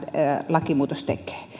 lakimuutos tekee tulee